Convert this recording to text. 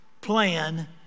plan